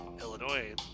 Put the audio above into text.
Illinois